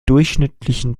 durchschnittlichen